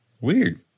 weird